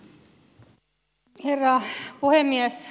herra puhemies